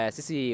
Sisi